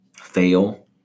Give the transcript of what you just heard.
fail